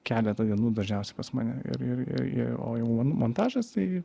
keletą dienų dažniausia pas mane ir ir ir ir o jau montažas tai